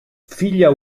figlia